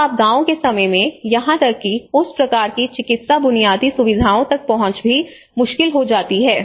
तो आपदाओं के समय में यहां तक कि उस प्रकार की चिकित्सा बुनियादी सुविधाओं तक पहुंच भी मुश्किल हो जाती है